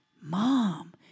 mom